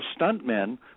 stuntmen